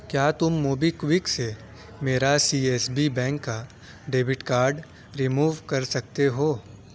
کیا تم MobiKwik سے میرا سی ایس بی بینک کا ڈیبٹ کارڈ ریموو کر سکتے ہو